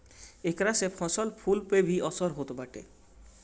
एकरा से फसल कुल पे भी असर होत बाटे